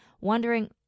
wondering